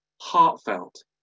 heartfelt